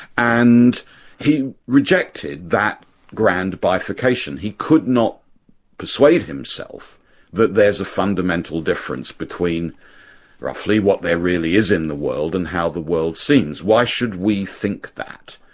and he rejected that grand bifurcation. he could not persuade himself that there's a fundamental difference between roughly what there really is in the world, and how the world seems. why should we think that?